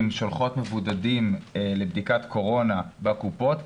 שולחות מבודדים לבדיקת קורונה בקופות.